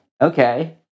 Okay